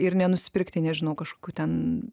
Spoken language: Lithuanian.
ir nenusipirkti nežinau kažkų ten